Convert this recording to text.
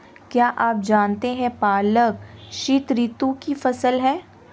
क्या आप जानते है पालक शीतऋतु की फसल है?